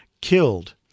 killed